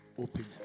Open